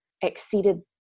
exceeded